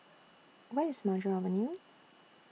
Where IS Maju Avenue